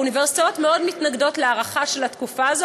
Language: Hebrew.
האוניברסיטאות מתנגדות מאוד להארכה של התקופה הזאת,